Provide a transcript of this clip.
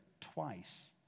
twice